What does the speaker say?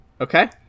Okay